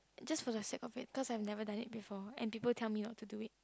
just for the sake of it cause I have never done it before and people tell me not to do it